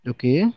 Okay